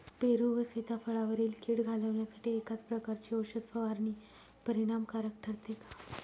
पेरू व सीताफळावरील कीड घालवण्यासाठी एकाच प्रकारची औषध फवारणी परिणामकारक ठरते का?